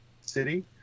city